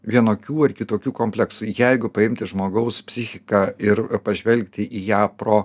vienokių ar kitokių kompleksų jeigu paimti žmogaus psichiką ir pažvelgti į ją pro